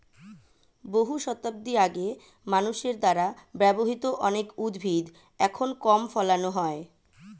বহু শতাব্দী আগে মানুষের দ্বারা ব্যবহৃত অনেক উদ্ভিদ এখন কম ফলানো হয়